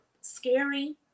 scary